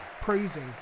praising